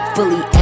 Fully